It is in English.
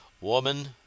Woman